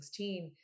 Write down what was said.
2016